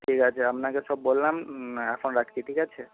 ঠিক আছে আপনাকে সব বললাম এখন রাখছি ঠিক আছে